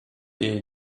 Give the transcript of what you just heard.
jej